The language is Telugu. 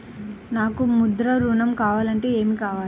నాకు ముద్ర ఋణం కావాలంటే ఏమి కావాలి?